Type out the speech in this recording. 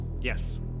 Yes